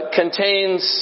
contains